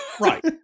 Right